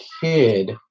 kid